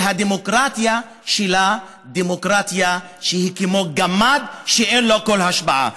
שהדמוקרטיה שלה היא דמוקרטיה שהיא כמו גמד שאין לו כל השפעה.